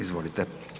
Izvolite.